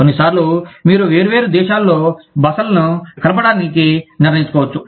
కొన్నిసార్లు మీరు వేర్వేరు దేశాలలో బసలను కలపడానికి నిర్ణయించుకోవచ్చు